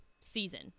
season